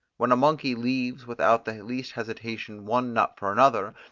when a monkey leaves without the least hesitation one nut for another,